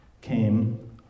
came